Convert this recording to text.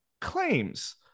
claims